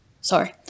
Sorry